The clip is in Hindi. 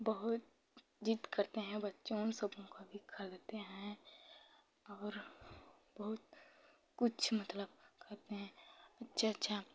बहुत ज़िद करते हैं बच्चे उन सबको भी खरीदते हैं और बहुत कुछ मतलब खरीदते हैं अच्छा अच्छा